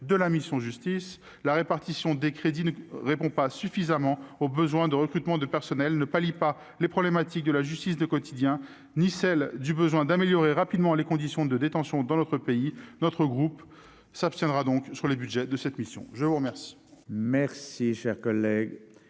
de la mission « Justice », la répartition des crédits ne répond pas suffisamment aux besoins de recrutement de personnels, aux difficultés de la justice du quotidien ni au besoin d'améliorer rapidement les conditions de détention dans notre pays. Notre groupe s'abstiendra donc sur les crédits de cette mission. La parole